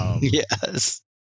yes